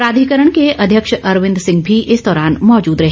प्राधिकरण के अध्यक्ष अरविंद सिंह भी इस दौरान मौजूद रहे